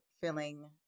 filling